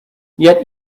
yet